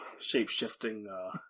shape-shifting